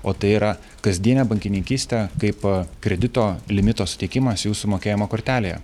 o tai yra kasdienė bankininkystė kaip kredito limito suteikimas jūsų mokėjimo kortelėje